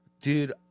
dude